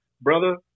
brother